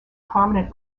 prominent